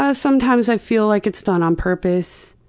ah sometimes i feel like it's done on purpose,